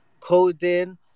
coding